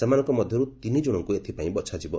ସେମାନଙ୍କ ମଧ୍ୟରୁ ତିନି ଜଣଙ୍କୁ ଏଥିପାଇଁ ବଛାଯିବ